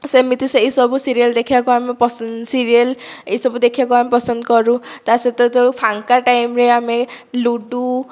ସେମିତି ସେହି ସବୁ ସିରିଏଲ୍ ଦେଖିବାକୁ ଆମେ ପସନ୍ଦ ସିରିଏଲ୍ ଏହିସବୁ ଦେଖିବାକୁ ଆମେ ପସନ୍ଦ କରୁ ତା ସହିତ ଯେତେବେଳେ ଫାଙ୍କା ଟାଇମରେ ଆମେ ଲୁଡ଼ୁ